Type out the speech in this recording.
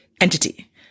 entity